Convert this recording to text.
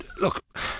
look